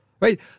Right